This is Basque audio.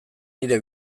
nire